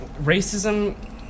racism